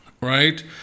Right